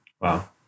wow